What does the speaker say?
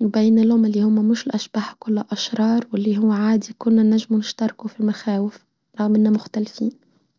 وبين لهم اللي هم مش الأشبح كله أشرار واللي هو عادي كله نجمه نشتركه في المخاوف رغم إنا مختلفين.